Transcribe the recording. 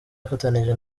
afatanije